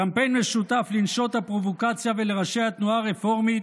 קמפיין משותף לנשות הפרובוקציה ולראשי התנועה הרפורמית,